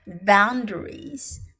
boundaries